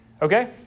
Okay